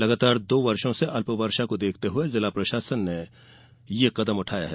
लगातार दो वर्षो से अल्प वर्षा को देखते हुए जिला प्रशासन ने ये कदम उठाया है